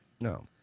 No